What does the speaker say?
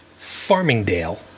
farmingdale